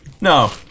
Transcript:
No